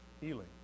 healing